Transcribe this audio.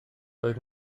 oedd